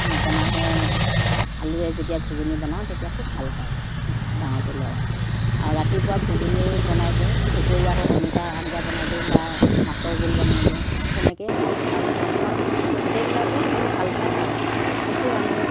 motor মাহে আলুৱে যেতিয়া ঘুগুনী বনাওঁ তেতিয়া খুব ভাল পায় ডাঙৰটো ল'ৰাই আৰু ৰাতিপুৱা ঘুগুনী বনাই দিওঁ দুপৰীয়া আকৌ অমিতা আঞ্জা বনাই দিওঁ বা মাছৰ জোল বনাই দিওঁ তেনেকৈয়ে খায় আৰু ঘৰখনত গোটেইবিলাকে তেনেকৈ ভাল পায় আৰু আৰু কচু ৰান্ধো